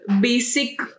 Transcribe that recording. basic